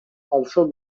also